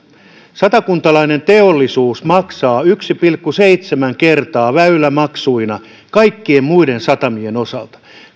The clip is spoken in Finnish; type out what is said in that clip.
satakuntalainen teollisuus maksaa yksi pilkku seitsemän kertaa väylämaksuina kaikkien muiden satamien osalta